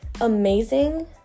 amazing